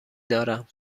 دارم